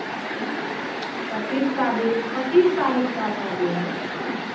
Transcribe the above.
क्या पच्चीस तारी पच्चीस तारीख का शादी है